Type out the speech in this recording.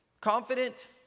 Confident